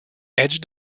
edge